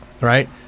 right